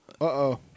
Uh-oh